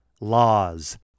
laws